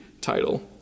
title